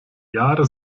jahre